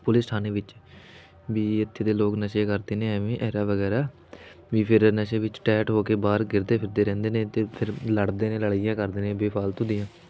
police ਥਾਣੇ ਵਿੱਚ ਵੀ ਇੱਥੇ ਦੇ ਲੋਕ ਨਸ਼ੇ ਕਰਦੇ ਨੇ ਐਵੇਂ ਐਰਾ ਵਗੈਰਾ ਵੀ ਫਿਰ ਨਸ਼ੇ ਵਿੱਚ ਟੈਟ ਹੋ ਕੇ ਬਾਹਰ ਗਿਰਦੇ ਫਿਰਦੇ ਰਹਿੰਦੇ ਨੇ ਅਤੇ ਫਿਰ ਲੜਦੇ ਨੇ ਲੜਾਈਆਂ ਕਰਦੇ ਨੇ ਬੇਫਾਲਤੂ ਦੀਆਂ